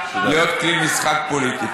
לעוד כלי משחק פוליטי.